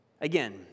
Again